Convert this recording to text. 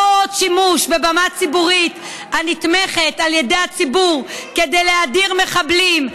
לא עוד שימוש בבמה ציבורית הנתמכת על ידי הציבור כדי להאדיר מחבלים,